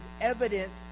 evidence